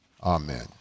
Amen